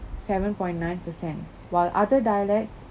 seven point nine percent while other dialects